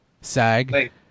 SAG